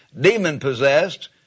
demon-possessed